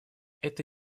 это